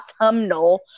autumnal